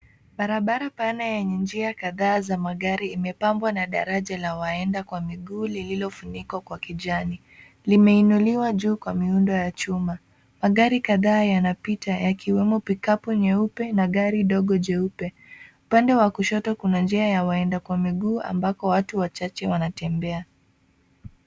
Barabara pana na njia kadhaa za magari imepambwa na daraja la waenga kwa mifu iliofunikwa kwa kijani limeinuliwa juu kwa miundo ya chuma .Magari kadhaa yanapita yakiwema; pikapu nyeupe na gari ndogo jeupe upande wa kushoto kuna njia ya waenda kwa miguu ambako watu wachache wanatembea.